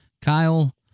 kyle